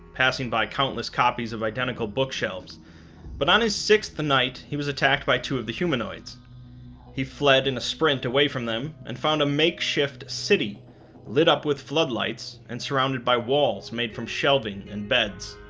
passing by countless copies of identical book shelves but on his sixth night, he was attacked by two of the humanoids he fled in a sprint away from them, and found a makeshift city lit up with floodlights, and surrounded by walls made from shelving and beds